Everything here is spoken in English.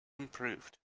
improved